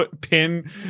pin